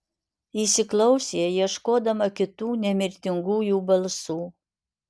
įsiklausė ieškodama kitų nemirtingųjų balsų